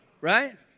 Right